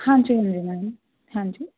ਹਾਂਜੀ ਹਾਂਜੀ ਮੈਮ ਹਾਂਜੀ